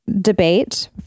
debate